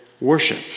worship